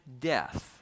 death